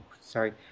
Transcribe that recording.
sorry